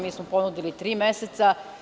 Mi smo ponudili tri meseca.